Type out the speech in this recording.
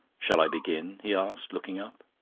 shall i begin? he asked, looking up.